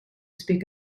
speak